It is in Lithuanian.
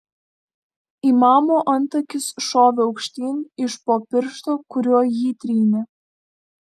imamo antakis šovė aukštyn iš po piršto kuriuo jį trynė